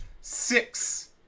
Six